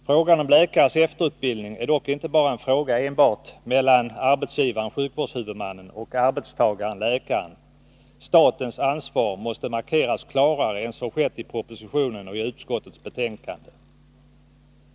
Frågan om läkares efterutbildning är dock inte bara en fråga mellan arbetsgivaren läkaren. Statens ansvar måste markeras klarare än vad som skett i propositionen och utskottsbetänkandet.